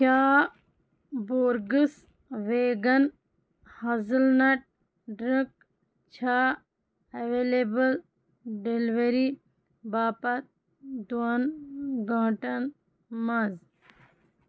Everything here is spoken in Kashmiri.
کیٛاہ burgers vegan hazelnut drink چھےٚ ایویلیبٕل ڈِلیوری باپتھ دۄن گٲنٛٹَن منٛز